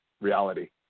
reality